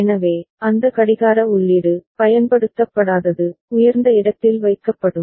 எனவே அந்த கடிகார உள்ளீடு பயன்படுத்தப்படாதது உயர்ந்த இடத்தில் வைக்கப்படும்